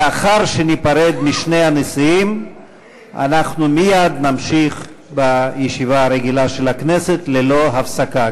לאחר שניפרד משני הנשיאים נמשיך מייד בישיבה הרגילה של הכנסת ללא הפסקה.